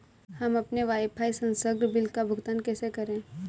हम अपने वाईफाई संसर्ग बिल का भुगतान कैसे करें?